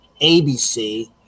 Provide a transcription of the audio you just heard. ABC